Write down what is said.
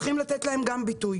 צריכים לתת להם גם ביטוי,